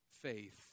faith